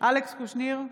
אלכס קושניר,